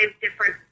different